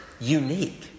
unique